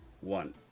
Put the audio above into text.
one